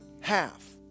half